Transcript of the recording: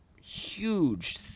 huge